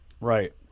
Right